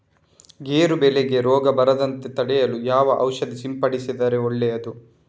ಗೇರು ಬೆಳೆಗೆ ರೋಗ ಬರದಂತೆ ತಡೆಯಲು ಯಾವ ಔಷಧಿ ಸಿಂಪಡಿಸಿದರೆ ಒಳ್ಳೆಯದು?